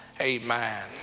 amen